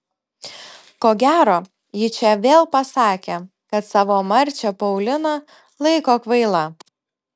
ko gero ji čia vėl pasakė kad savo marčią pauliną laiko kvaila